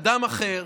אדם אחר,